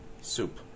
soup